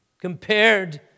compared